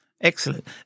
Excellent